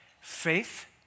Faith